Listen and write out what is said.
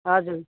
हजुर